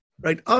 right